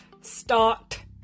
start